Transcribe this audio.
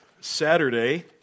Saturday